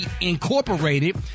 Incorporated